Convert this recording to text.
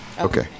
Okay